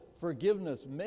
forgiveness